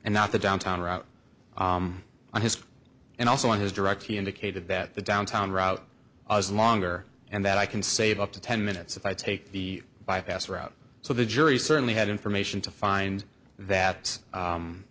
and not the downtown route on his and also on his direct he indicated that the downtown route was longer and that i can save up to ten minutes if i take the bypass route so the jury certainly had information to find that